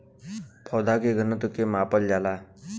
पौधा के घनत्व के मापल जाला